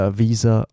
visa